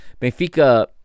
Benfica